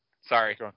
Sorry